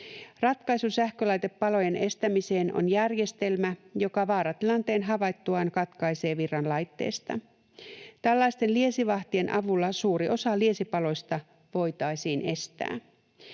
Ratkaisu sähkölaitepalojen estämiseen on järjestelmä, joka vaaratilanteen havaittuaan katkaisee virran laitteesta. Tällaisten liesivahtien avulla suuri osa liesipaloista voitaisiin estää.